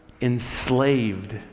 enslaved